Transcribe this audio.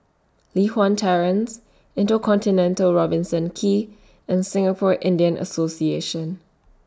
Li Hwan Terrace InterContinental Robertson Quay and Singapore Indian Association